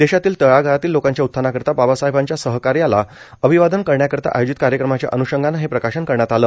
देशातील तळागाळातील लोकांच्या उत्थानाकरिता बाबा साहेबांच्या सहाकार्याला अभिवादन करण्याकरिता आयोजित कार्यक्रमाच्या अन्शंगानं हे प्रकाशन करण्यात आलं